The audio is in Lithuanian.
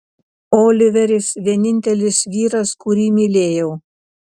oliveris vienintelis vyras kurį mylėjau